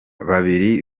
babiri